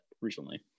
recently